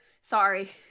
Sorry